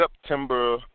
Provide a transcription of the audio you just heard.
September